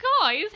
guys